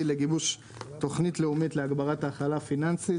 לגיבוש תוכנית לאומית להגברת ההכלה הפיננסית,